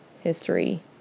history